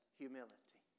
humility